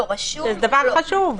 שזה דבר חשוב.